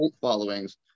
followings